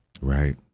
Right